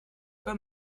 pas